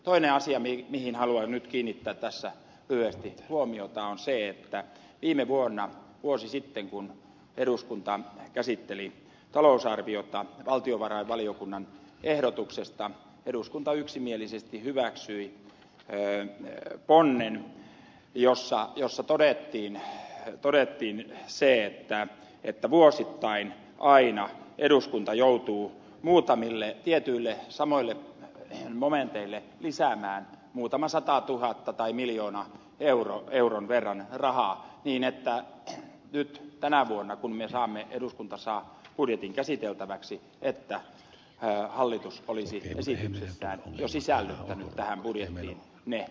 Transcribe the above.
toinen asia mihin haluan nyt kiinnittää tässä lyhyesti huomiota on se että viime vuonna vuosi sitten kun eduskunta käsitteli talousarviota valtiovarainvaliokunnan ehdotuksesta eduskunta yksimielisesti hyväksyi ponnen jossa todettiin se että kun vuosittain aina eduskunta joutuu muutamille tietyille samoille momenteille lisäämään muutaman satatuhatta tai miljoonan euron verran rahaa niin nyt tänä vuonna kun eduskunta saa budjetin käsiteltäväksi hallitus olisi esityksessään jo sisällyttänyt tähän budjettiin ne lisäykset